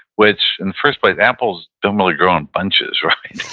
which in the first place, apples don't really grow in bunches, right?